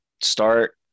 start